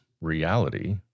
reality